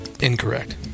Incorrect